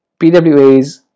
PWAs